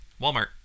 Walmart